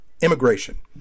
immigration